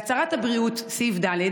1. בהצהרת הבריאות, סעיף ד',